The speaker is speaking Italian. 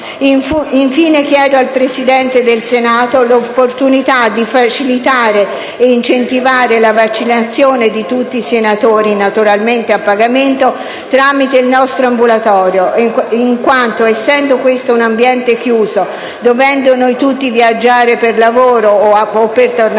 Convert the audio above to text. Infine, chiedo al Presidente del Senato l'opportunità di facilitare ed incentivare la vaccinazione di tutti i senatori, naturalmente a pagamento, tramite il nostro ambulatorio, in quanto, essendo questo un ambiente chiuso, dovendo noi tutti viaggiare per lavoro o per tornare a casa,